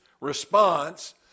response